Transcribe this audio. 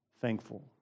thankful